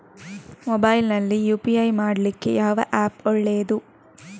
Mobile ನಲ್ಲಿ UPI ಮಾಡ್ಲಿಕ್ಕೆ ಯಾವ ಆ್ಯಪ್ ಒಳ್ಳೇದು?